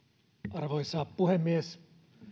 arvoisa puhemies